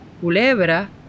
Culebra